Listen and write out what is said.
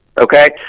okay